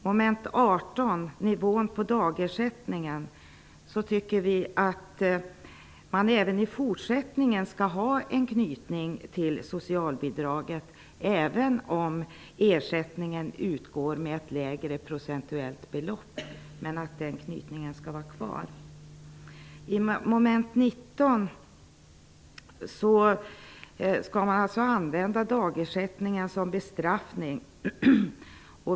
Mom. 18 avser nivån på dagersättningen. Vi tycker att man även i fortsättningen skall ha en knytning till socialbidragen, även om ersättningen utgår med ett lägre procentuellt belopp. Under mom. 19 föreslås att dagersättningen skall användas som medel för bestraffning.